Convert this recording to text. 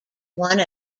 one